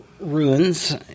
Ruins